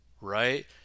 right